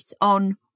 on